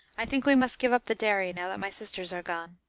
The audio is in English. i think we must give up the dairy, now that my sisters are gone.